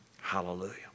Hallelujah